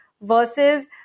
versus